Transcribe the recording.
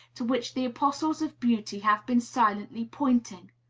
to which the apostles of beauty have been silently pointing.